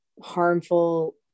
harmful